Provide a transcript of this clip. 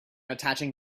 attaching